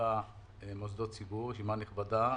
147 מוסדות ציבור, רשימה נכבדה.